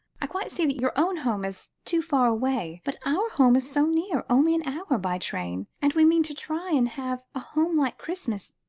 i quite see that your own home is too far away, but our home is so near, only an hour by train, and we mean to try and have a home-like christmas.